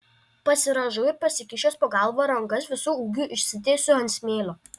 pasirąžau ir pasikišęs po galva rankas visu ūgiu išsitiesiu ant smėlio